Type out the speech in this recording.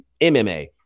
MMA